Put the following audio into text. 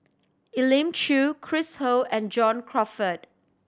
Elim Chew Chris Ho and John Crawfurd